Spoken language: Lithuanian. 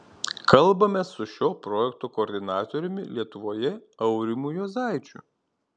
kalbamės su šio projekto koordinatoriumi lietuvoje aurimu juozaičiu